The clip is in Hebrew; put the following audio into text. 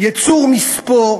ייצור מספוא,